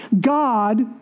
God